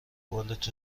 بالت